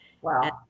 Wow